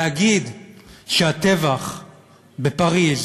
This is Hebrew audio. להגיד שהטבח בפריז